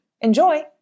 Enjoy